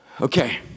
Okay